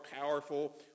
powerful